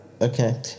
Okay